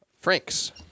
Franks